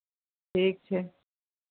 ठीक छै